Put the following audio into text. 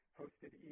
hosted